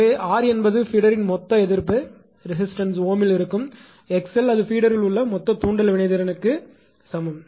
எனவே r என்பது பீடர்யின் மொத்த எதிர்ப்புரெசிஸ்டன்ஸ் Ω இல் இருக்கும் 𝑥𝑙 அது பீடரில் உள்ள மொத்த தூண்டல் வினைத்திறனுக்குஇண்டக்ட்டிவ் ரியாக்டன்ஸ் சமம்